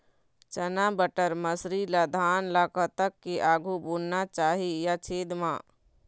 चना बटर मसरी ला धान ला कतक के आघु बुनना चाही या छेद मां?